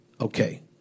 okay